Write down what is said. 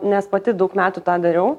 nes pati daug metų tą dariau